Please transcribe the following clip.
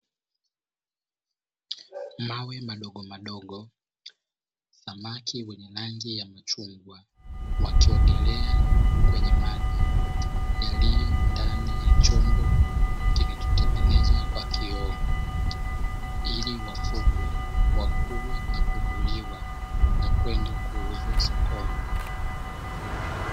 Mawe madogo madogo, samaki wenye rangi ya machungwa wakiogelea kwenye maji yaliyondani ya chombo kilicho tengenezwa kwa kioo ili wafugwe, wakue na kuvuliwa na kwenda kuuzwa sokoni.